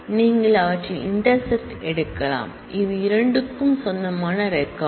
நீங்கள் அவற்றின் இன்டெர்செக்ட் எடுக்கலாம் இது இரண்டுக்கும் சொந்தமான ரெக்கார்ட்